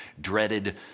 dreaded